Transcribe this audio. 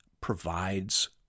provides